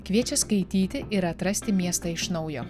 kviečia skaityti ir atrasti miestą iš naujo